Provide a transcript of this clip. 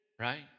right